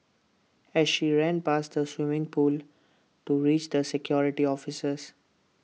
as she ran past the swimming pool to reach the security officers